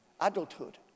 adulthood